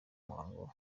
muhango